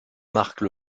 marque